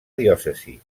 diòcesi